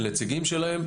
של נציגים שלהם,